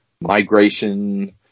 migration